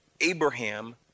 Abraham